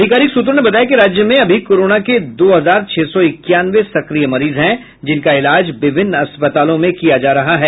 अधिकारिक सूत्रों ने बताया कि राज्य में अभी कोरोना के दो हजार छह सौ इक्यानवे सक्रिय मरीज हैं जिनका इलाज विभिन्न अस्पतालों में किया जा रहा है